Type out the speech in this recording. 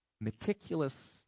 meticulous